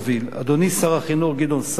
אדוני שר החינוך גדעון סער,